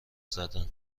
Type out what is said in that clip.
زدن